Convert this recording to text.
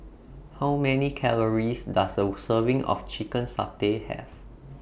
How Many Calories Does A Serving of Chicken Satay Have